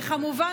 וכמובן,